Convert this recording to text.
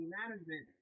management